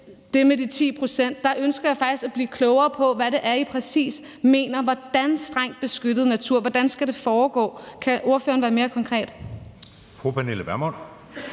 det med de 10 pct. ønsker jeg faktisk at blive klogere på, hvad det præcis er, I mener med strengt beskyttet natur. Hvordan skal det foregå? Kan ordføreren være mere konkret?